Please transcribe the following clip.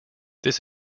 this